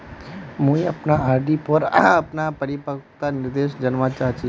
मुई अपना आर.डी पोर अपना परिपक्वता निर्देश जानवा चहची